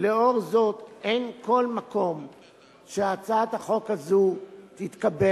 לאור זאת אין כל מקום שהצעת החוק הזאת תתקבל,